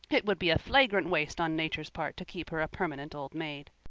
it would be a flagrant waste on nature's part to keep her a permanent old maid.